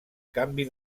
canvi